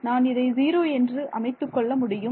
நான் இதை ஜீரோ என்று அமைத்துக்கொள்ள முடியும்